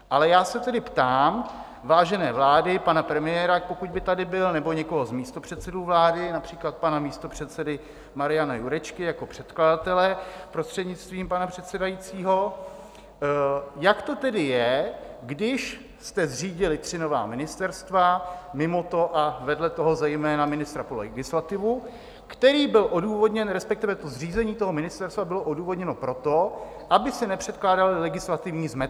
Ale já se tedy ptám vážené vlády, pana premiéra, pokud by tady byl, nebo někoho z místopředsedů vlády, například pana místopředsedy Mariana Jurečky jako předkladatele, prostřednictvím pana předsedajícího, jak to tedy je, když jste zřídili tři nová ministerstva, mimo to a vedle toho zejména ministra pro legislativu, který byl odůvodněn, respektive to zřízení toho ministerstva, bylo odůvodněno proto, aby se nepředkládaly legislativní zmetky.